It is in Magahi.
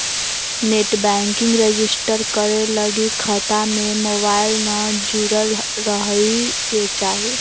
नेट बैंकिंग रजिस्टर करे लगी खता में मोबाईल न जुरल रहइ के चाही